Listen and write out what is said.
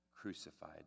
crucified